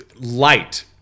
light